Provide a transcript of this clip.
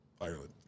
Ireland